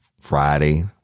Friday